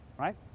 Right